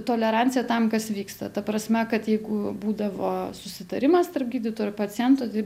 tolerancija tam kas vyksta ta prasme kad jeigu būdavo susitarimas tarp gydytojų ar pacientų tai